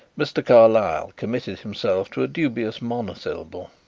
mr. carlyle committed himself to a dubious monosyllable.